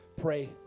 Pray